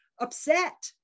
upset